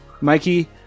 Mikey